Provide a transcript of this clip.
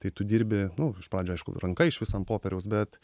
tai tu dirbi nu iš pradžių aišku ranka iš vis ant popieriaus bet